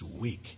weak